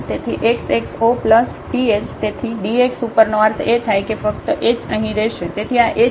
તેથી x x 0 th તેથી dx ઉપરનો અર્થ એ થાય કે ફક્ત h અહીં રહેશે